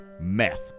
meth